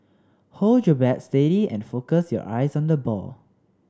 hold your bat steady and focus your eyes on the ball